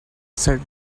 said